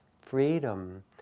freedom